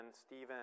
Stephen